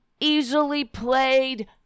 easily-played